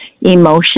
emotion